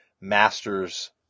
masters